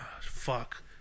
Fuck